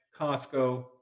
Costco